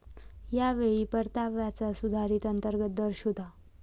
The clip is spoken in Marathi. या वेळी परताव्याचा सुधारित अंतर्गत दर शोधा